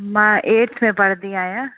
मां एट्थ में पढ़ंदी आहियां